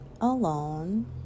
alone